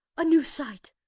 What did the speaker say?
a new sight!